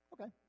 Okay